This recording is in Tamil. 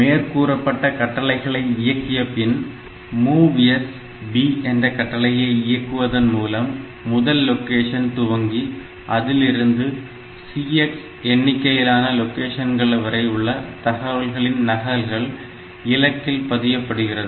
மேற்கூறப்பட்ட கட்டளைகளை இயக்கிய பின் MOVS B என்ற கட்டளையை இயக்குவதன் மூலம் முதல் லொகேஷன் துவங்கி அதிலிருந்து CX எண்ணிக்கையிலான லொகேஷன்கள் வரை உள்ள தகவல்களின் நகல்கள் இலக்கில் பதியப்படுகிறது